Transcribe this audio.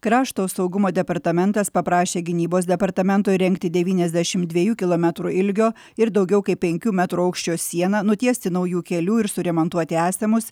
krašto saugumo departamentas paprašė gynybos departamento įrengti devyniasdešimt dvejų kilometrų ilgio ir daugiau kaip penkių metrų aukščio sieną nutiesti naujų kelių ir suremontuoti esamus